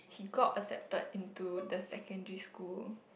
got accepted into the secondary school